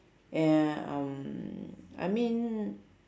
and um I mean